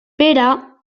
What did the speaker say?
pere